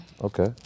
Okay